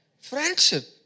Friendship